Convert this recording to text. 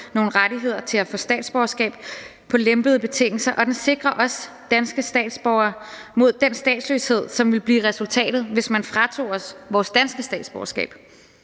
nogle rettigheder til at få statsborgerskab på lempede betingelser, og den sikrer også danske statsborgere mod den statsløshed, som ville blive resultatet, hvis man fratog os vores danske statsborgerskab.